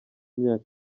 myaka